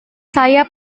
saya